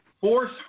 force